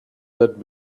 that